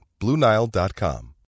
BlueNile.com